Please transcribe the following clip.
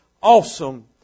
awesome